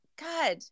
God